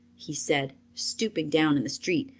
he said, stooping down in the street.